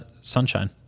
Sunshine